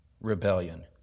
rebellion